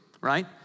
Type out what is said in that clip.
right